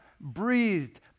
breathed